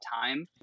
time